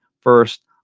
first